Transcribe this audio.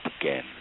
again